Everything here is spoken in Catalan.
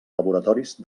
laboratoris